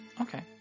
Okay